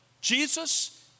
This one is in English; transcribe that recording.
Jesus